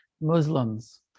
Muslims